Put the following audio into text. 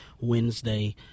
Wednesday